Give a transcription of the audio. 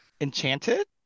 Enchanted